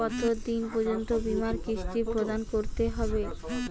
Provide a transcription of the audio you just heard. কতো দিন পর্যন্ত বিমার কিস্তি প্রদান করতে হবে?